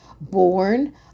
born